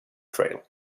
trail